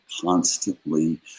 constantly